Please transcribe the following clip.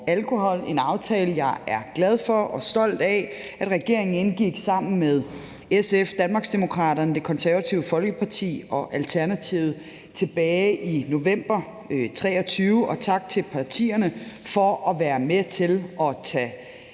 en aftale, jeg er glad for og stolt af, at regeringen indgik sammen med SF, Danmarksdemokraterne, Det Konservative Folkeparti og Alternativet tilbage i november 2023, og tak til partierne for at være med til at tage